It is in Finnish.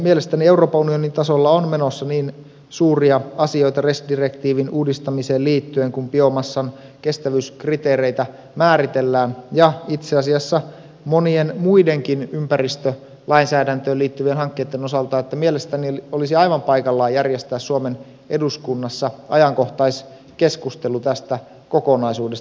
mielestäni euroopan unionin tasolla on menossa niin suuria asioita res direktiivin uudistamiseen liittyen kun biomassan kestävyyskriteereitä määritellään ja itse asiassa monien muidenkin ympäristölainsäädäntöön liittyvien hankkeitten osalta että mielestäni olisi aivan paikallaan järjestää suomen eduskunnassa ajankohtaiskeskustelu tästä kokonaisuudesta